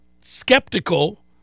skeptical